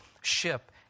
ship